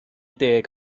deg